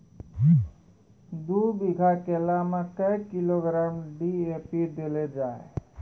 दू बीघा केला मैं क्या किलोग्राम डी.ए.पी देले जाय?